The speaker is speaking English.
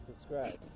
Subscribe